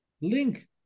link